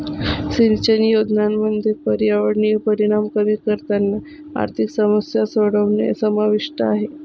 सिंचन योजनांमध्ये पर्यावरणीय परिणाम कमी करताना आर्थिक समस्या सोडवणे समाविष्ट आहे